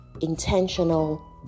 intentional